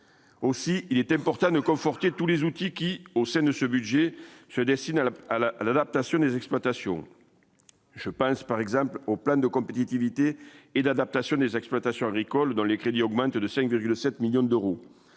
aussi il est important de conforter tous les outils qui, au sein de ce budget se destine à la à la à l'adaptation des exploitations, je pense par exemple au plan de compétitivité et d'adaptation des exploitations agricoles, dont les crédits augmentent de 5,7 millions d'euros,